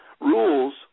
rules